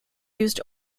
used